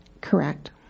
Correct